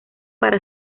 para